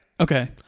Okay